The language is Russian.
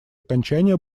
окончание